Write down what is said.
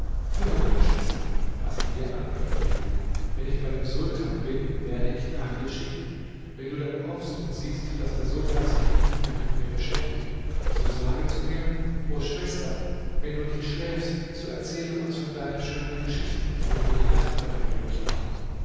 höre meine schwester was ich dir anempfehle wenn ich bei dem sultan bin werde ich nach dir schicken wenn du dann kommst und siehst daß der sultan sich nicht mehr mit mir beschäftigt so sage zu mir o schwester wenn du nicht schläfst so erzähle uns von deinen schönen geschichten damit wir die nacht dabei durchwachen